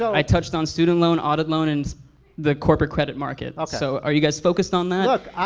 i touched on student loan, audit loan and the corporate credit market. so are you guys focused on that? look,